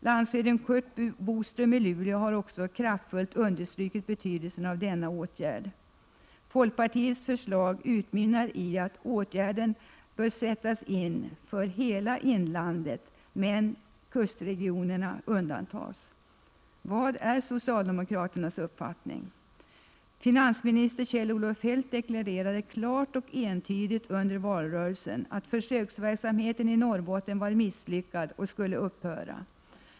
Landshövding Curt Boström i Luleå har också kraftfullt understrukit betydelsen av denna åtgärd. Folkpartiets förslag utmynnar i att åtgärden bör sättas in för hela inlandet men kustregionerna undantas. Vad är socialdemokraternas uppfattning? Finansminister Kjell-Olof Feldt deklarerade klart och entydigt under valrörelsen att försöksverksamheten i Norrbotten var misslyckad och skulle upphöra.